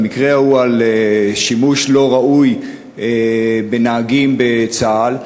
במקרה ההוא על שימוש לא ראוי בנהגים בצה"ל.